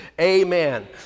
amen